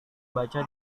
baca